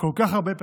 כל כך הרבה פעמים,